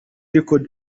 record